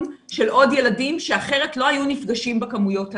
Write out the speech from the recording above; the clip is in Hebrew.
של עוד ילדים שאחרת לא היו נפגשים בכמויות האלה.